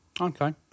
Okay